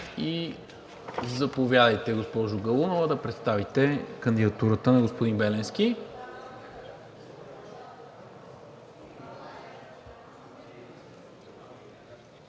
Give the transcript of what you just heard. Заповядайте, госпожо Галунова, да представите кандидатурата на господин Беленски.